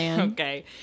Okay